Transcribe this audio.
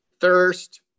thirst